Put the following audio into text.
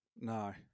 No